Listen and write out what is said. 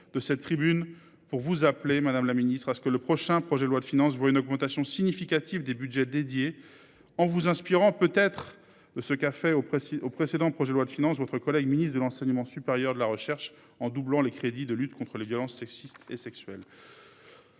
de cette tribune pour vous appeler madame la ministre, à ce que le prochain projet de loi de finances Bruno connotation significative des budgets dédiés en vous inspirant peut être de ce qu'a fait oh précise au précédent projet de loi de finances. Votre collègue ministre de l'enseignement supérieur de la recherche en doublant les crédits de lutte contre les violences sexistes et sexuelles.